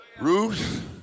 Ruth